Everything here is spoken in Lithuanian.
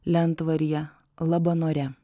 lentvaryje labanore